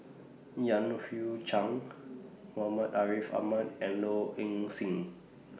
Yan Hui Chang Muhammad Ariff Ahmad and Low Ing Sing